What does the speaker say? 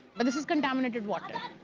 and this is contaminated water.